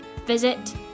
visit